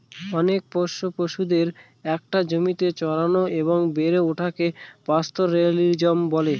অনেক পোষ্য পশুদের একটা জমিতে চড়ানো এবং বেড়ে ওঠাকে পাস্তোরেলিজম বলে